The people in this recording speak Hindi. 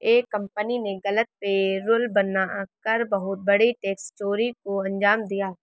एक कंपनी ने गलत पेरोल बना कर बहुत बड़ी टैक्स चोरी को अंजाम दिया